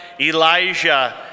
Elijah